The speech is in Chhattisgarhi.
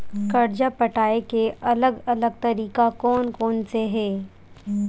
कर्जा पटाये के अलग अलग तरीका कोन कोन से हे?